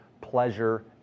pleasure